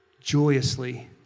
joyously